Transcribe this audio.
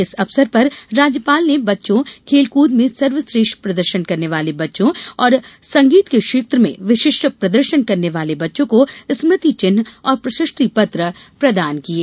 इस अवसर पर राज्यपाल ने बच्चों खेलकूद में सर्वश्रेष्ठ प्रदर्शन करने वाले बच्चों और संगीत के क्षेत्र में विशिष्ट प्रदर्शन करने वाले बच्चों को स्मृति चिन्ह और प्रशस्ति पत्र प्रदान किये